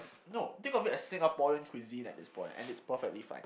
no think of it as Singaporean cuisine at this point and it's perfectly fine